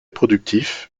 productif